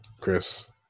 Chris